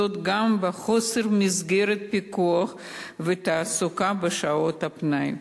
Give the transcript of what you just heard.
וזאת גם בשל היעדר מסגרות פיקוח ותעסוקה בשעות הפנאי.